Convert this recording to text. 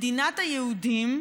מדינת היהודים,